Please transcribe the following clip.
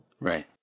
Right